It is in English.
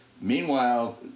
Meanwhile